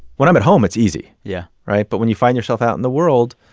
when i'm at home, it's easy. yeah. right? but when you find yourself out in the world,